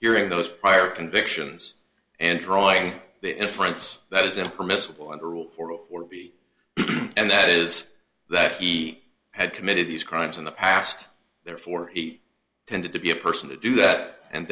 hearing those prior convictions and drawing the inference that isn't permissible under rule for forty and that is that he had committed these crimes in the past therefore he tended to be a person to do that and